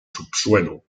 subsuelo